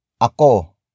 Ako